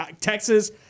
Texas